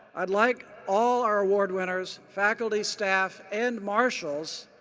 i'd like all our award winners, faculty, staff and marshals